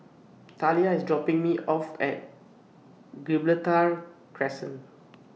Talia IS dropping Me off At Gibraltar Crescent